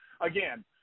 again